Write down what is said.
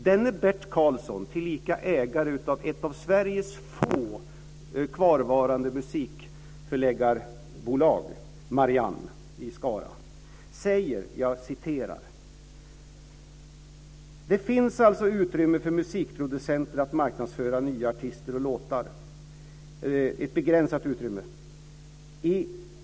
Denne Bert Karlsson, ägare av ett av Sveriges få kvarvarande musikförlag, Mariann Songs i Skara, säger där: "Det finns alltså utrymme för musikproducenter att marknadsföra nya artister och låtar.